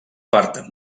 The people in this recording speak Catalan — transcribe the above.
part